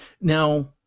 Now